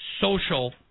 social